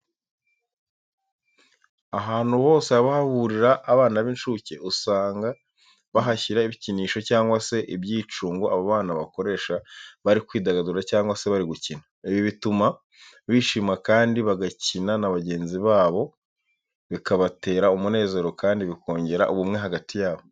Ahantu hose haba hahurira abana b'incuke, usanga bahashyira ibikinisho cyangwa se ibyicungo abo bana bakoresha bari kwidagadura cyangwa se bari gukina. Ibi bituma bishima kandi bagakina na bagenzi babo bikabatera umunezero kandi bikongera ubumwe hagati yabo.